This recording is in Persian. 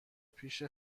پیش